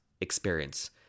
experience